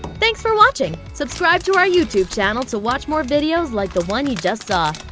thanks for watching! subscribe to our youtube channel to watch more videos like the one you just saw.